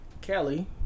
Kelly